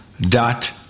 dot